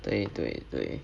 对对对